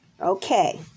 Okay